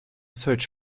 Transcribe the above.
search